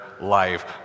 life